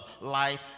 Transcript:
life